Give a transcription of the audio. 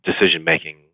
decision-making